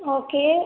okay